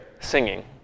singing